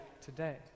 today